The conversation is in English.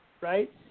right